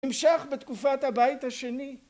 נמשך בתקופת הבית השני